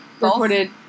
reported